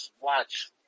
watch